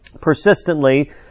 persistently